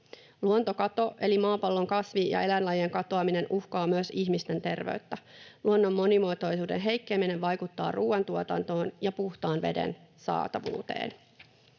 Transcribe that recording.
Luontokato eli maapallon kasvi- ja eläinlajien katoaminen uhkaa myös ihmisten terveyttä. Luonnon monimuotoisuuden heikkeneminen vaikuttaa ruuantuotantoon ja puhtaan veden saatavuuteen.